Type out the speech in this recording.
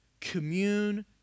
Commune